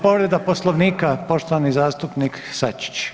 Povreda Poslovnika, poštovani zastupnik Sačić.